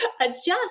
adjust